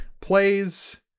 plays